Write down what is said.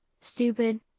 stupid